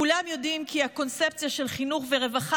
כולם יודעים כי הקונספציה של חינוך ורווחה